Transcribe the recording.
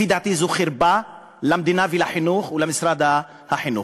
לפי דעתי זאת חרפה למדינה ולחינוך ולמשרד החינוך.